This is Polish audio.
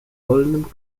wolnym